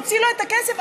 מוציא לו את הכסף,